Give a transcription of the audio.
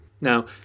now